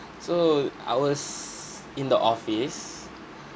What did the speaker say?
so I was in the office